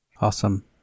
Awesome